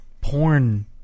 porn